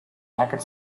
racket